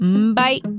bye